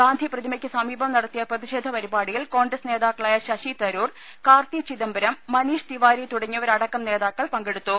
ഗാന്ധി പ്രതി മയ്ക്കു സമീപം നടത്തിയ പ്രതി ഷേധ പരി പാ ടി യിൽ കോൺഗ്രസ് നേതാക്കളായ ശശി തരൂർ കാർത്തി ചിദംബരം മനീഷ് തിവാരി തുടങ്ങിയവരടക്കം നേതാക്കൾ പങ്കെടുത്തു